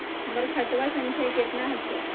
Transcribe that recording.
हमर खतवा संख्या केतना हखिन?